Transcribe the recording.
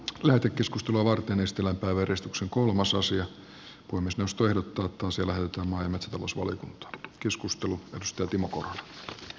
lähetekeskustelua varten myös tilatarve ristuksen puhemiesneuvosto ehdottaa että asia lähetetään maa ja metsätalousvaliokuntaan